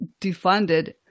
defunded